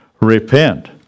Repent